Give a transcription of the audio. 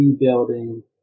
rebuilding